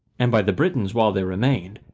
and by the britons while they remained,